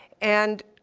and